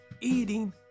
Eating